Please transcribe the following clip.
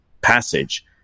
passage